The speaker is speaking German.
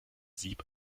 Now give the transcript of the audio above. sieb